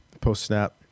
Post-snap